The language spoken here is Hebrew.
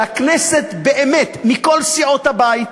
שהכנסת באמת, מכל סיעות הבית,